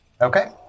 Okay